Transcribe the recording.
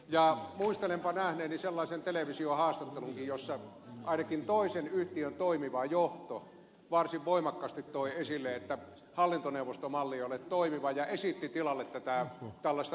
ja muistelenpa nähneeni sellaisen televisiohaastattelunkin jossa ainakin toisen yhtiön toimiva johto varsin voimakkaasti toi esille että hallintoneuvostomalli ei ole toimiva ja esitti tilalle tällaista neuvottelukuntamallia